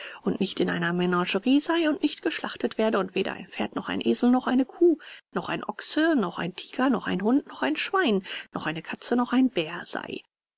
und nicht in einer menagerie sei und nicht geschlachtet werde und weder ein pferd noch ein esel noch eine kuh noch ein ochs noch ein tiger noch ein hund noch ein schwein noch eine katze noch ein bär sei